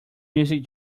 music